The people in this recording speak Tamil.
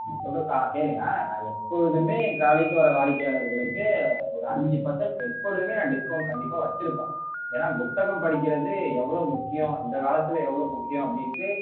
நான் சொல்றதை ஆ கேளுங்கள் நான் எப்பொழுதுமே என் கடைக்கு வர வாடிக்கையாளர்களுக்கு ஒரு அஞ்சு பர்சென்ட் எப்பொழுதும் நான் டிஸ்கௌண்ட் கண்டிப்பாக வெச்சுருப்பேன் ஏனால் புத்தகம் படிக்கிறது எவ்வளோ முக்கியம் இந்த காலத்தில் எவ்வளோ முக்கியம் அப்படின்ட்டு